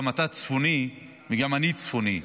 גם אתה צפוני וגם אני צפוני,